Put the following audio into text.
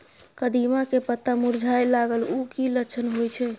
कदिम्मा के पत्ता मुरझाय लागल उ कि लक्षण होय छै?